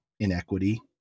inequity